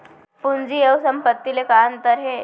पूंजी अऊ संपत्ति ले का अंतर हे?